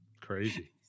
Crazy